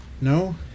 No